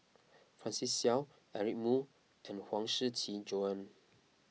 Francis Seow Eric Moo and Huang Shiqi Joan